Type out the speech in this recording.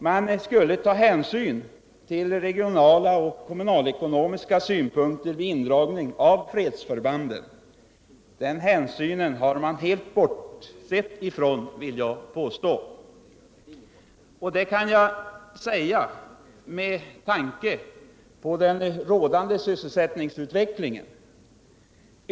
Man skulle ta hänsyn till regionala och kommunalekonomiska synpunkter vid indragning av fredsförbanden. Den hänsynen har man helt bortsett ifrån, vill jag påstå. Det kan jag säga med tanke på den rådande sysselsättningsutvecklingen.